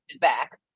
back